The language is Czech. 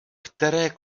které